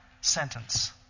sentence